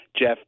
Jeff